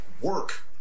work